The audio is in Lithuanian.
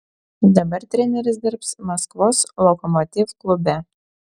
dabar treneris dirbs maskvos lokomotiv klube